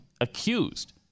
accused